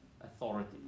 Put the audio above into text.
authority